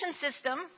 system